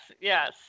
Yes